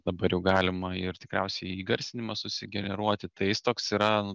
dabar jau galima ir tikriausiai įgarsinimą susigeneruoti tai jis toks yra nu